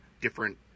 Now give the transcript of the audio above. different